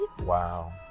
wow